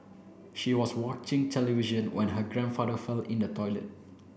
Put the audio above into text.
she was watching television when her grandfather fell in the toilet